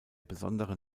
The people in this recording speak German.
besondere